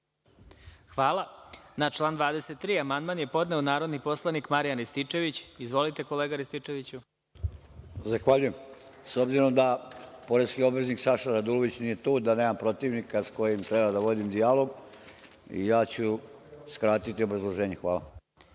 Zahvaljujem. Na član 23. amandman je podneo narodni poslanik Marijan Rističević. Izvolite kolega Rističeviću. **Marijan Rističević** Zahvaljujem.S obzirom da poreski obveznik Saša Radulović nije tu, da nemam protivnika s kojim treba da vodim dijalog, ja ću skratiti obrazloženje. Hvala.